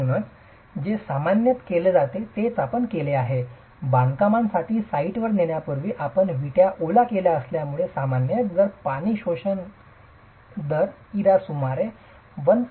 म्हणून जे सामान्यतः केले जाते तेच आपण केले आहे बांधकामांसाठी साइटवर नेण्यापूर्वी आपण विटा ओला केल्यामुळे आणि सामान्यत जर पाणी शोषण दर इरा सुमारे 1